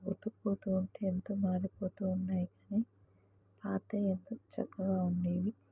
పోతు పోతు ఉంటే ఎంతో మారిపోతు ఉన్నాయి కానీ పాత ఎంతో చక్కగా ఉండేవి